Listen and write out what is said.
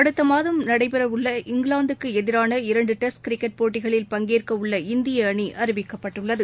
அடுத்தமாதம் நடைபெறவுள்ளஇங்கிலாந்துக்குஎதிரானஇரண்டுடெஸ்ட் கிரிக்கெட் போட்டிகளில் பங்கேற்கஉள்ளஇந்தியஅணிஅறிவிக்கப்பட்டுள்ளது